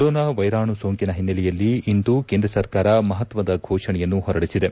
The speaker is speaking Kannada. ಕೊರೊನಾ ವೈರಾಣು ಸೋಂಕಿನ ಹಿನ್ನೆಲೆಯಲ್ಲಿ ಇಂದು ಕೇಂದ್ರ ಸರ್ಕಾರ ಮಹತ್ವದ ಘೋಷಣೆಯನ್ನು ಹೊರಡಿಸಿದೆ